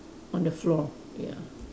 on the floor ya